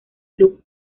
club